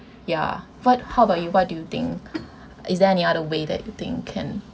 ya but how about you what do you think is there any other way you think can